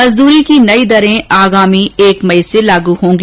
मजदूरी की नई दरें आगामी एक मई से लागू होंगी